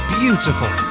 beautiful